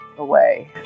away